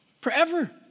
forever